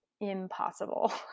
impossible